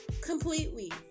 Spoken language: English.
Completely